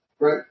Right